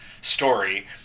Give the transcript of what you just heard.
story